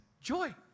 Joy